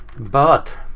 but